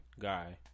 guy